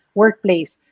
workplace